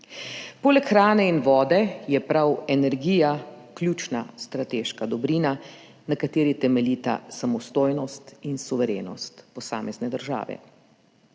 Poleg hrane in vode je prav energija ključna strateška dobrina, na kateri temeljita samostojnost in suverenost posamezne države.